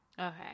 Okay